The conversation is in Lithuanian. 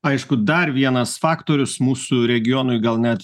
aišku dar vienas faktorius mūsų regionui gal net